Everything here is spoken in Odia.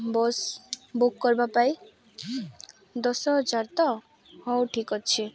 ବସ୍ ବୁକ୍ କରିବାପାଇଁ ଦଶ ହଜାର ତ ହଉ ଠିକ୍ ଅଛି